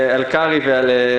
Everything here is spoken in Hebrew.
קרעי.